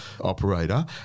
operator